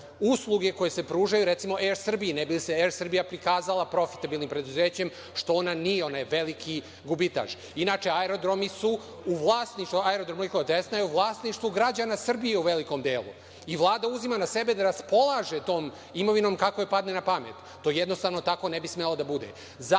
usluge koje se pružaju „Er Srbiji“, ne bi li se Er Srbija prikazala profitabilnim preduzećem, što ona nije. Ona je veliki gubitaš. Inače, aerodromi su u vlasništvu Aerodroma „Nikola Tesla“, je u vlasništvu građana Srbije, u velikom delu. Vlada uzima na sebe da raspolaže tom imovinom kako joj padne na pamet. To jednostavno tako ne bi smelo da bude.